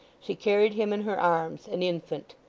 she carried him in her arms, an infant.